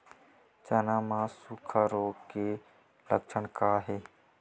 चना म सुखा रोग के लक्षण का हे?